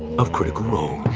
of critical role.